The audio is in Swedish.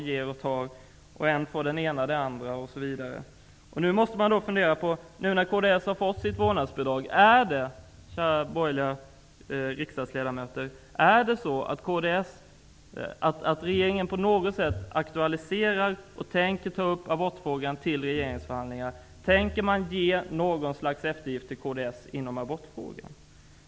Kära, borgerliga riksdagsledamöter; nu när kds har fått sitt vårdnadsbidrag undrar jag: Tänker regeringen ta upp abortfrågan till regeringsförhandlingar? Tänker man göra något slags eftergift åt kds i abortfrågan?